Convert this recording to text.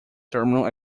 terminal